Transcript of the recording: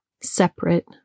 separate